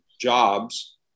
jobs